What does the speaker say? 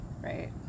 right